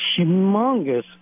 humongous